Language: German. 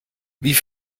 wie